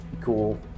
cool